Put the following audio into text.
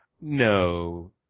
no